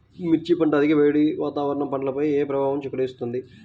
మిర్చి పంట అధిక వేడి వాతావరణం పంటపై ఏ ప్రభావం కలిగిస్తుంది?